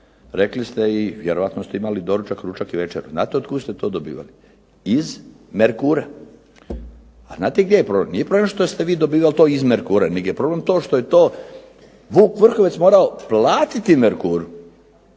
rekli ste i vjerojatno ste imali doručak, ručak, večeru. Znate od kuda ste to dobivali? Iz Merkura. A znate gdje je problem? Nije problem što ste vi to dobivali iz Merkura, nego je problem što je to Vuk Vrhovec morao platiti Merkuru.